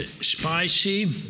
spicy